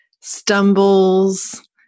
stumbles